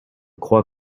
crois